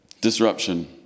Disruption